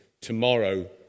tomorrow